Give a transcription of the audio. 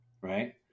right